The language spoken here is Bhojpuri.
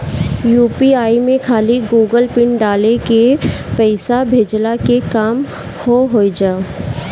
यू.पी.आई में खाली गूगल पिन डाल के पईसा भेजला के काम हो होजा